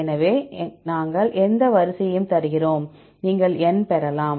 எனவே நாங்கள் எந்த வரிசையையும் தருகிறோம் நீங்கள் எண் பெறலாம்